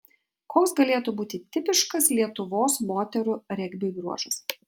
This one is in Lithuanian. koks galėtų būti tipiškas lietuvos moterų regbiui bruožas